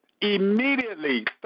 Immediately